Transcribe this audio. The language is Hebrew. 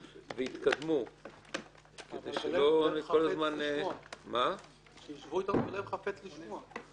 והתקדמו כדי שלא כל הזמן --- שישבו איתנו בלב חפף לשמוע.